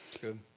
Good